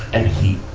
and